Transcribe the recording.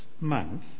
month